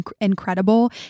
incredible